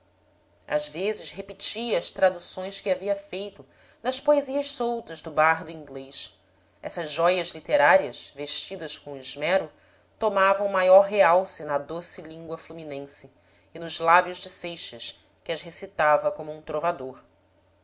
às vezes repetia as traduções que havia feito das poesias soltas do bardo inglês essas jóias literárias vestidas com esmero tomavam maior realce na doce língua fluminense e nos lábios de seixas que as recitava como um trovador